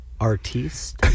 artiste